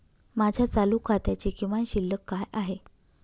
माझ्या चालू खात्याची किमान शिल्लक काय आहे?